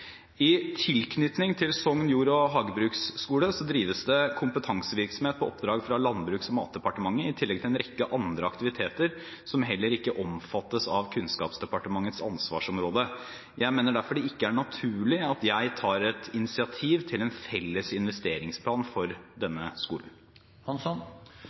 I tilknytning til Sogn Jord- og Hagebruksskule drives det kompetansesentervirksomhet på oppdrag fra Landbruks- og matdepartementet, i tillegg til en rekke andre aktiviteter som heller ikke omfattes av Kunnskapsdepartementets ansvarsområde. Jeg mener derfor at det ikke er naturlig at jeg tar et initiativ til en felles investeringsplan for